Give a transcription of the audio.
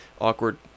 awkward